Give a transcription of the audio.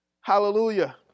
Hallelujah